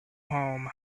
home